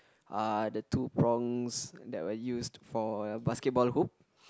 uh the two prongs that were used for the basketball hoop